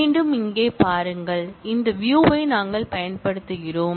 மீண்டும் இங்கே பாருங்கள் இந்த வியூயை நாங்கள் பயன்படுத்துகிறோம்